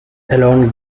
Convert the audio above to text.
along